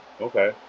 Okay